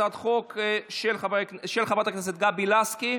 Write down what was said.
הצעת חוק של חברת הכנסת גבי לסקי,